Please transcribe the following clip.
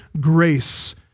grace